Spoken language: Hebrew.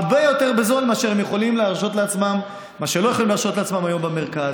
הרבה יותר זול ממה שהם לא יכולים להרשות לעצמם היום במרכז.